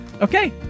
Okay